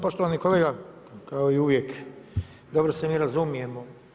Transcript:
Pa poštovani kolega, kao i uvijek, dobro se mi razumijemo.